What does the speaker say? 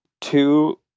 two